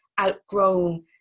outgrown